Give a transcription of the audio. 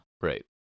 right